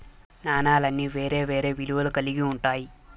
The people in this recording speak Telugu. నాణాలన్నీ వేరే వేరే విలువలు కల్గి ఉంటాయి